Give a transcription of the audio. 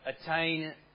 attain